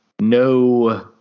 no